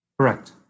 Correct